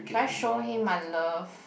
should I show him my love